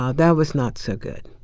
ah that was not so good.